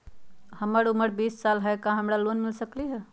हमर उमर बीस साल हाय का हमरा लोन मिल सकली ह?